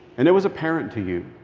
and it was apparent to you.